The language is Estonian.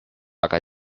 aga